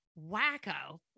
wacko